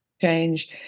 change